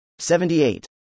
78